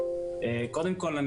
קודם כול,